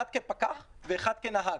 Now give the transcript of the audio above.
אחד כפקח ואחד כנהג.